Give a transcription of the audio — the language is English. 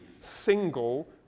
single